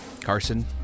Carson